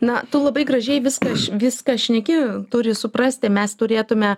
na tu labai gražiai viskas viską šneki turi suprasti mes turėtume